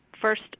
first